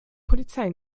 polizei